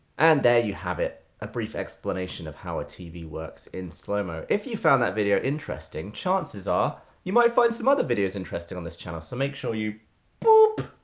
and there you have it a brief explanation of how a tv works in slow mo. if you found that video interesting, chances are you might find some other videos interesting on this channel, so make sure you boop,